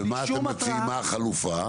מה אתם מציעים כחלופה?